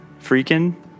freaking